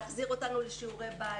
להחזיר אותנו לשיעורי בית.